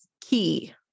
key